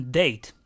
date